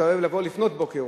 אתה אוהב לבוא לפנות בוקר,